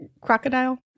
crocodile